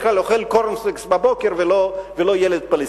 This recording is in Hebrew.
כלל אוכל קורנפלקס בבוקר ולא ילד פלסטיני.